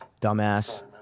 Dumbass